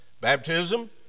baptism